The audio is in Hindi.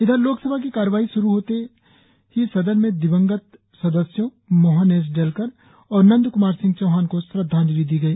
इधर लोकसभा की कार्यवाही श्रू होने पर सदन में दिवंगत सदस्यों मोहन एस डेलकर और नंद कुमार सिंह चौहान को श्रद्वांजलि दी गई